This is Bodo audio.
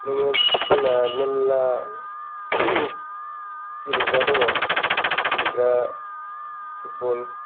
नोङो जोंना मेल्ला गेलेग्रा दङ गेलेग्रा फुटबल